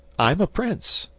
i'm a prince.